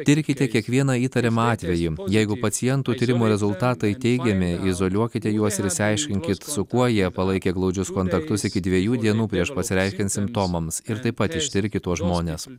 tirkite kiekvieną įtariamą atvejį jeigu pacientų tyrimų rezultatai teigiami izoliuokite juos ir išsiaiškinkit su kuo jie palaikė glaudžius kontaktus iki dviejų dienų prieš pasireiškiant simptomams ir taip pat ištirkit tuos žmones